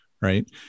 right